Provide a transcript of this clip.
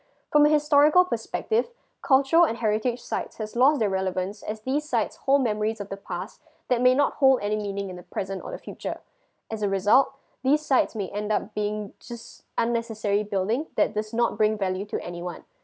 from a historical perspective cultural and heritage sites has lost their relevance as these sites hold memories of the past that may not hold any meaning in the present or the future as a result these sites may end up being just unnecessary building that does not bring any value to anyone